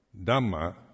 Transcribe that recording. Dhamma